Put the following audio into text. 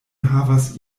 havas